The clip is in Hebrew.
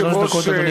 שלוש דקות, אדוני.